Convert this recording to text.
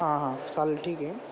हां हां चालेल ठीक आहे